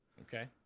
Okay